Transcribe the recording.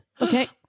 Okay